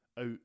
out